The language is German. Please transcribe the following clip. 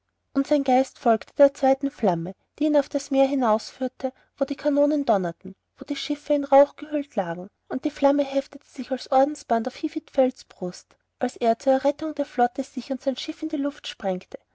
und sein geist folgte der zweiten flamme die ihn auf das meer hinausführte wo die kanonen donnerten wo die schiffe in rauch gehüllt lagen und die flamme heftete sich als ordensband auf hvitfeldt's brust als er zur errettung der flotte sich und sein schiff in die luft sprengte